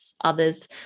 others